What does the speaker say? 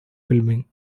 filming